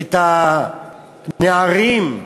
את הנערים,